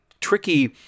tricky